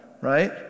right